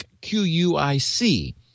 Q-U-I-C